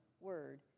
word